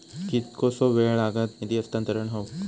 कितकोसो वेळ लागत निधी हस्तांतरण हौक?